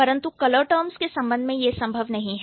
परंतु colour terms के संबंध में यह संभव नहीं है